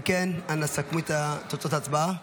אם כן, אנא סכמו את תוצאות ההצבעה.